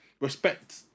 respect